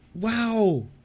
Wow